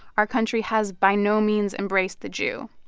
our country has by no means embraced the jew.